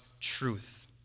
truth